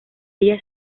ella